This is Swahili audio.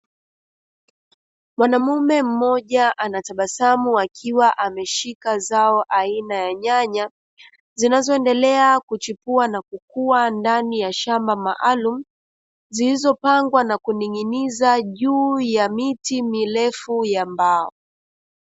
Mwanaume mmoja anatabasamu akiwa ameshika zao aina ya nyanya, zinazoendelea kuchipua na kukua ndani ya shamba maalumu, zilizopangwa na kuning'iniza juu ya miti mirefu ya mbao.